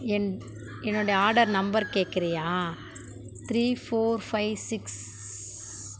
என் என்னுடைய order number கேக்கிறீயா three four five six